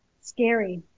Scary